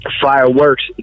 fireworks